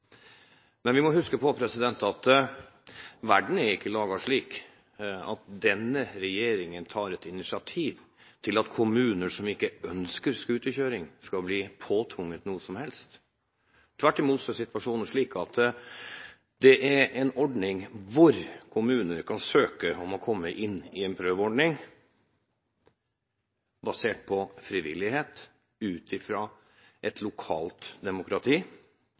Men vi må huske på at verden ikke er laget slik at denne regjeringen tar et initiativ til at kommuner som ikke ønsker scooterkjøring, skal bli påtvunget noe som helst. Tvert imot er situasjonen slik at kommuner kan søke om å komme inn i en prøveordning basert på frivillighet ut fra et lokalt demokrati